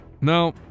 No